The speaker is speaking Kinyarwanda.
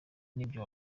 nibyo